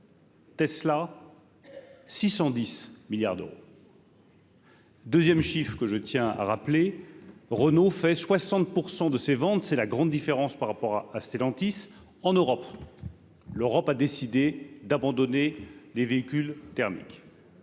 Tesla 610 milliards d'euros. 2ème chiffre que je tiens à rappeler, Renault fait 60 % de ses ventes, c'est la grande différence par rapport à à Stellantis en Europe, l'Europe a décidé d'abandonner les véhicules thermiques,